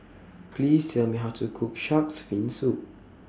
Please Tell Me How to Cook Shark's Fin Soup